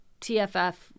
TFF